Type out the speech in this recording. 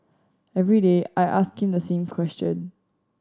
every day I ask him the same question